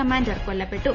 commander കൊല്ലപ്പെട്ടു